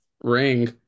ring